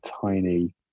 tiny